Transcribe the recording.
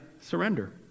surrender